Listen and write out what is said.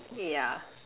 yeah